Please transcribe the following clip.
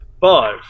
Five